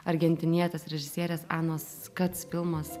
argentinietės režisierės anos kats filmas